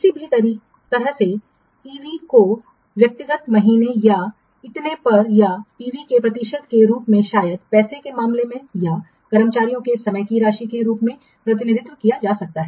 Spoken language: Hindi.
किसी भी तरह से ईवी को व्यक्तिगत महीनों या इतने पर या पीवी के प्रतिशत के रूप में शायद पैसे के मामले में या कर्मचारियों के समय की राशि के रूप में प्रतिनिधित्व किया जा सकता है